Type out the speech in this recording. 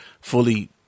fully